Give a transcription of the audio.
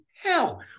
hell